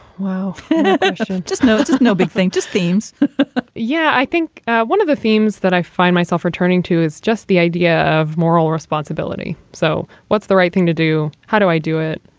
wow just noticed. no big thing, just themes yeah, i think one of the themes that i find myself returning to is just the idea of moral responsibility. so what's the right thing to do? how do i do it?